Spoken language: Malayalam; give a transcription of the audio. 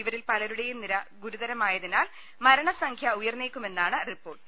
ഇവരിൽ പലരുടെയും നില ഗുരുതരമായതിനാൽ മരണസംഖ്യ ഉയർന്നേക്കുമെന്നാണ് റിപ്പോർട്ട്